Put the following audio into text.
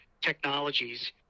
technologies